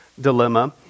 dilemma